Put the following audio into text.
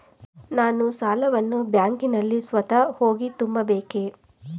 ನಾನು ಸಾಲವನ್ನು ಬ್ಯಾಂಕಿನಲ್ಲಿ ಸ್ವತಃ ಹೋಗಿ ತುಂಬಬೇಕೇ?